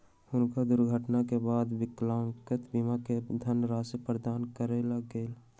हुनका दुर्घटना के बाद विकलांगता बीमा के धनराशि प्रदान कयल गेल